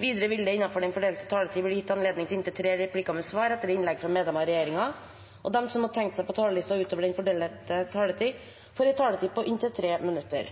Videre vil det – innenfor den fordelte taletid – bli gitt anledning til inntil tre replikker med svar etter innlegg fra medlemmer av regjeringen, og de som måtte tegne seg på talerlisten utover den fordelte taletid, får en taletid på inntil 3 minutter.